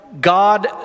God